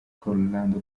colorado